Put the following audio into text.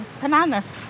bananas